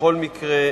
בכל מקרה,